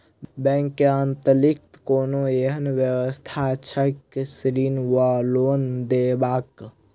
Bank केँ अतिरिक्त कोनो एहन व्यवस्था छैक ऋण वा लोनदेवाक?